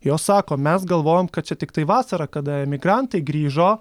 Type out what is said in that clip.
jos sako mes galvojom kad čia tiktai vasarą kada emigrantai grįžo